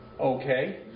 Okay